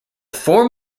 form